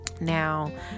Now